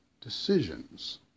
decisions